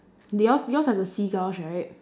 yours yours are the seagulls right